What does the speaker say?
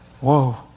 Whoa